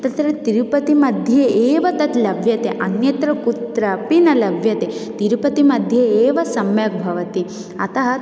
तत्र तिरुपतिमध्ये एव तद् लभ्यते अन्यत्र कुत्रापि न लभ्यते तिरुपतिमध्ये एव सम्यक् भवति अतः